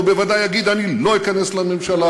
הוא בוודאי יגיד: אני לא אכנס לממשלה,